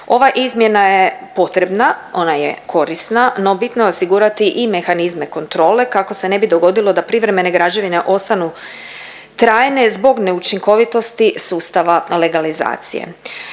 Ova izmjena je potrebna, ona je korisna no bitno je osigurati i mehanizme kontrole kako se ne bi dogodilo da privremene građevine ostanu trajne zbog neučinkovitosti sustava legalizacije.